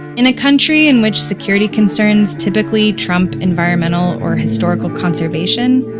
in a country in which security concerns typically trump environmental or historical conservation,